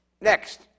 next